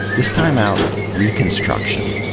this time out reconstruction.